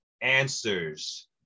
answers